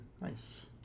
Nice